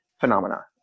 phenomena